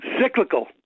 Cyclical